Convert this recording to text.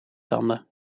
tanden